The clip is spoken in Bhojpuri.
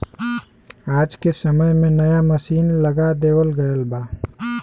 आज के समय में नया मसीन लगा देवल गयल बा